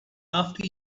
after